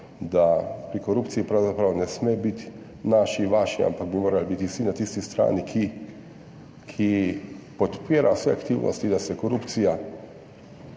da pri korupciji pravzaprav ne sme biti »naši, vaši«, ampak bi morali biti vsi na tisti strani, ki podpira vse aktivnosti, da se korupcija